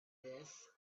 this